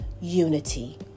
unity